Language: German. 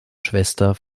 schwester